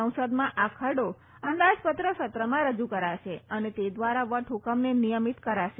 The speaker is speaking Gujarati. સંસદમાં આ ખરડો અંદાજપત્ર સત્રમાં રજૂ કરાશે અને તે દ્વારા વટહુકમને નિયમિત કરાશે